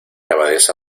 abadesa